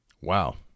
wow